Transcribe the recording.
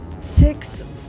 Six